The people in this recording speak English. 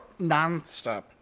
nonstop